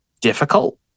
difficult